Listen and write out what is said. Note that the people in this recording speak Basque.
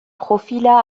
profila